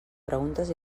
preguntes